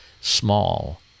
small